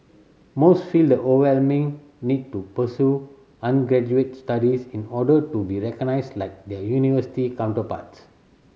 most feel the overwhelming need to pursue undergraduate studies in order to be recognised like their university counterparts